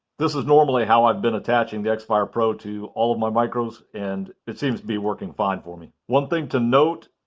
this is normally how i've been attaching the xfire pro to all of my micros and it seems to be working fine for me. one thing to note,